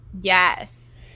yes